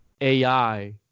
AI